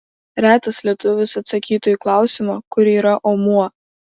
retas lietuvis atsakytų į klausimą kur yra omuo